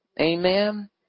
Amen